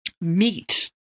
meat